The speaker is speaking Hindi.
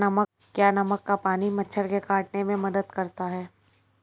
क्या नमक का पानी मच्छर के काटने में मदद करता है?